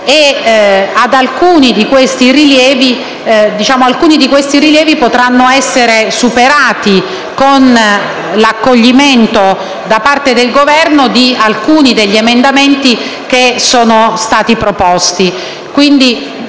Alcuni di questi rilievi potranno essere superati con l'accoglimento da parte del Governo di alcuni degli emendamenti proposti.